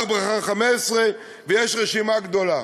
הר-ברכה, 15. ויש רשימה גדולה.